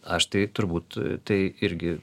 aš tai turbūt tai irgi